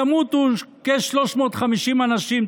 ימותו כ-350 אנשים,